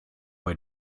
bei